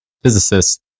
physicists